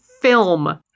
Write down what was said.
film